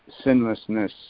sinlessness